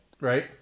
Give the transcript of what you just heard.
Right